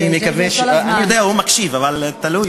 אני יודע, הוא מקשיב, אבל תלוי